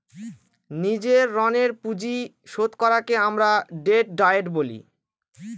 নিজের ঋণের পুঁজি শোধ করাকে আমরা ডেট ডায়েট বলি